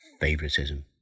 favoritism